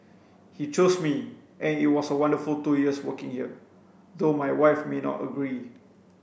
he chose me and it was a wonderful two years working here though my wife may not agree